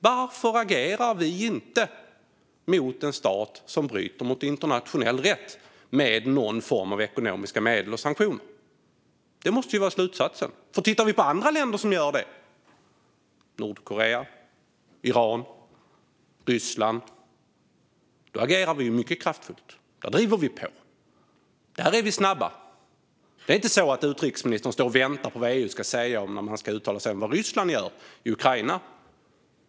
Varför agerar vi inte med någon form av ekonomiska medel och sanktioner mot en stat som bryter mot internationell rätt? Det måste ju vara slutsatsen. När andra länder gör det - Nordkorea, Iran, Ryssland - agerar vi ju mycket kraftfullt. Där driver vi på. Där är vi snabba. Det är inte så att utrikesministern står och väntar på vad EU ska säga när man ska uttala sig om vad Ryssland gör i Ukraina.